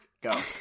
Go